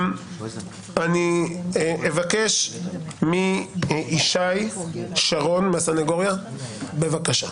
אני אבקש מישי שרון מהסניגוריה, בבקשה.